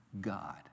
God